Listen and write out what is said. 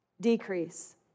decrease